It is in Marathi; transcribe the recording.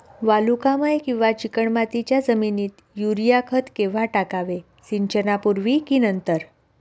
वालुकामय किंवा चिकणमातीच्या जमिनीत युरिया खत केव्हा टाकावे, सिंचनापूर्वी की नंतर?